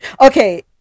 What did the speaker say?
okay